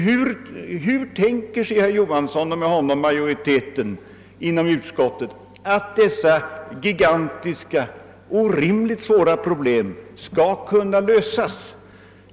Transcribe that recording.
Hur tänker sig herr Johansson och med honom majoriteten inom utskottet att dessa gigantiska och orimligt svåra problem skall kunna lösas?